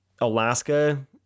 Alaska